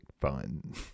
fun